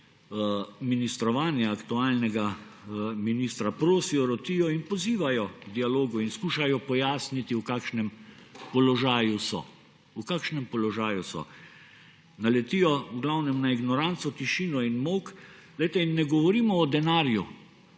ministrovanja aktualnega ministra prosijo, rotijo in pozivajo k dialogu in skušajo pojasniti, v kakšnem položaju so. V glavnem naletijo na ignoranco, tišino in molk. Ne govorimo o denarju